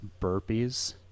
burpees